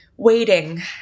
waiting